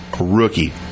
Rookie